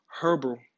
herbal